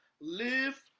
Live